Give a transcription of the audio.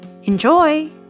Enjoy